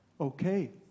Okay